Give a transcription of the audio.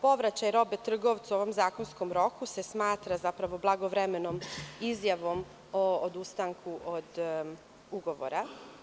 Povraćaj robe trgovcu u ovom zakonskom roku se smatra, zapravo, blagovremenom izjavom o odustanku od ugovora.